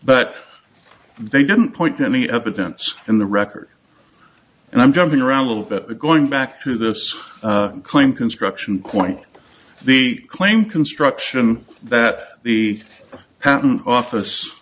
but they didn't point to any evidence in the record and i'm jumping around a little bit going back to this claim construction quite the claim construction that the patent office